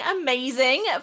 amazing